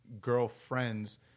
girlfriends